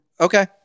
Okay